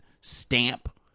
stamp